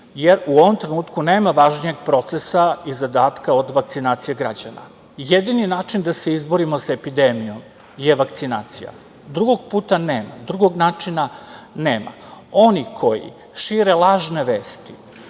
jer u ovom trenutku nema važnijeg procesa i zadatka od vakcinacije građana. Jedini način da se izborima sa epidemijom je vakcinacija. Drugog puta nema. Drugog načina nema. Oni koji šire lažne vesti,